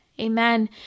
Amen